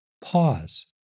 Pause